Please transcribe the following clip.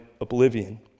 oblivion